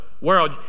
world